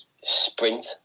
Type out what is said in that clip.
sprint